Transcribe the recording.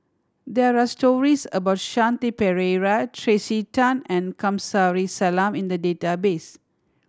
there are stories about Shanti Pereira Tracey Tan and Kamsari Salam in the database